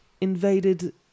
invaded